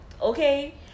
Okay